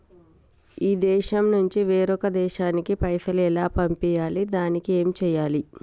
ఈ దేశం నుంచి వేరొక దేశానికి పైసలు ఎలా పంపియ్యాలి? దానికి ఏం చేయాలి?